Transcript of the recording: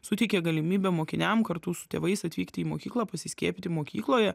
suteikia galimybę mokiniams kartu su tėvais atvykti į mokyklą pasiskiepyti mokykloje